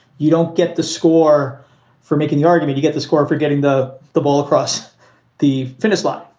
you don't get the score for making the argument. you get the score for getting the the ball across the finish line,